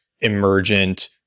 emergent